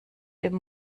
dem